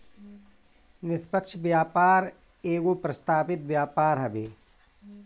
निष्पक्ष व्यापार एगो प्रस्तावित व्यापार हवे